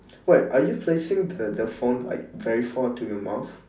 what are you facing the the phone like very far to your mouth